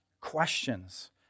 questions